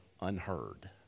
unheard